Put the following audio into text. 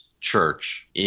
church